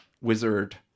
wizard